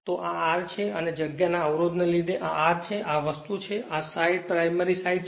તો આ R છે અને જગ્યાના અવરોધ ને લીધે આ R છે અને આ આ વસ્તુ છે આ સાઈડ પ્રાઇમરી સાઈડ છે